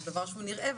זה דבר שהוא נראה,